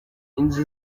inzu